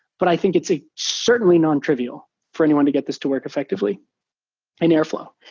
but i think it's ah certainly nontrivial for anyone to get this to work effectively in airflow.